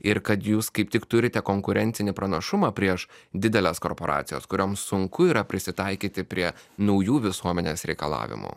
ir kad jūs kaip tik turite konkurencinį pranašumą prieš dideles korporacijas kurioms sunku yra prisitaikyti prie naujų visuomenės reikalavimų